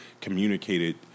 communicated